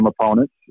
opponents